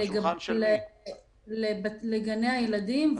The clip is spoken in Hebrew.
לגני הילדים.